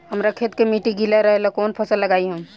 हमरा खेत के मिट्टी गीला रहेला कवन फसल लगाई हम?